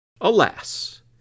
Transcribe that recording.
Alas